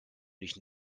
nicht